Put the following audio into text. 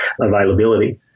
availability